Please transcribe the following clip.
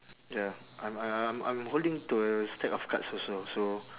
ya I'm I'm I'm holding to a stack of cards also so